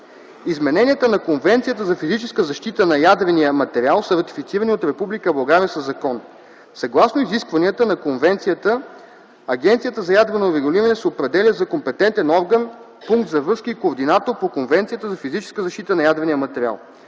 Измененията на Конвенцията за физическа защита на ядрения материал са ратифицирани от Република България със закон. Съгласно изискванията на Конвенцията Агенцията за ядрено регулиране се определя за компетентен орган, пункт за връзка и координатор по Конвенцията за физическа защита на ядрения материал.